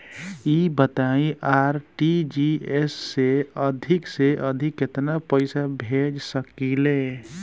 ई बताईं आर.टी.जी.एस से अधिक से अधिक केतना पइसा भेज सकिले?